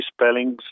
spellings